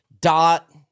Dot